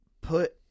put